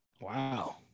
Wow